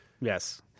Yes